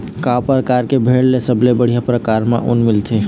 का परकार के भेड़ ले सबले बढ़िया परकार म ऊन मिलथे?